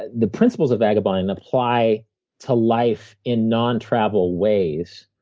the principles of vagabonding apply to life in non-travel ways.